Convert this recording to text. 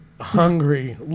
hungry